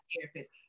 therapist